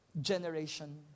generation